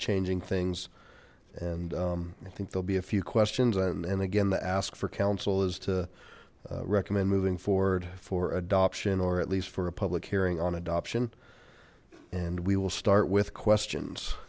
changing things and i think there'll be a few questions and again to ask for council is to recommend moving forward for adoption or at least for a public hearing on adoption and we will start with questions